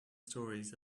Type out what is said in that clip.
stories